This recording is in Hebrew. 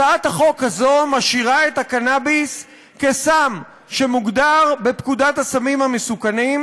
הצעת החוק הזאת משאירה את הקנביס כסם שמוגדר בפקודת הסמים המסוכנים,